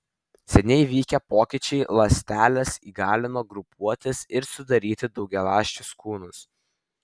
seniai vykę pokyčiai ląsteles įgalino grupuotis ir sudaryti daugialąsčius kūnus